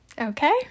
okay